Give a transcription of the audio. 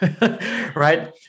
right